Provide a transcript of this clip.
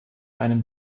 einem